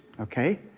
okay